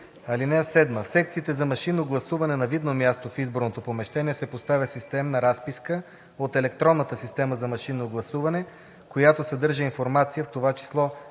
ал. 7: „(7) В секциите за машинно гласуване на видно място в изборното помещение се поставя системна разписка от електронната система за машинно гласуване, която съдържа информация, в това число